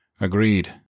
Agreed